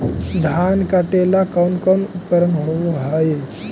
धान काटेला कौन कौन उपकरण होव हइ?